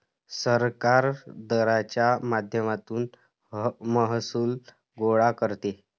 सरकार दराच्या माध्यमातून महसूल गोळा करते